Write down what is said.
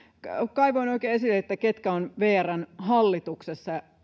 kaivoin oikein esille ketkä ovat vrn hallituksessa